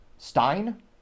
stein